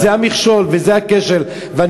וזה המכשול, וזה הכשל.